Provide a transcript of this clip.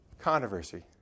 controversy